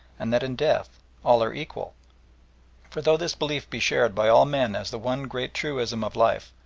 and that in death all are equal for though this belief be shared by all men as the one great truism of life,